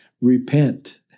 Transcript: repent